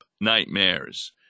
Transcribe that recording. Nightmares